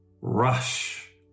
rush